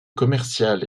commerciale